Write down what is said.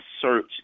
search